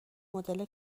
مدل